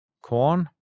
corn